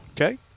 Okay